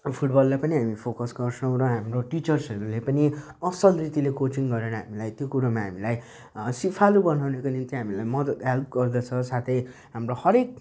फुटबललाई पनि हामी फोकस गर्छौँ र हाम्रो टिचर्सहरूले पनि असल रीतिले कोचिङ गरेर हामीलाई त्यो कुरोमा हामीलाई सिपालु बनाउनको निम्ति हामीलाई मद्दत हेल्प गर्दछ साथै हाम्रो हरेक